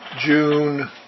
June